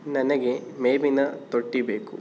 ನನಗೆ ಮೇವಿನ ತೊಟ್ಟಿ ಬೇಕು